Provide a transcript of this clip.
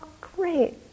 great